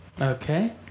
Okay